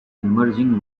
emerging